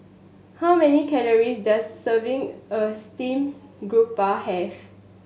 how many calories does serving a steamed garoupa have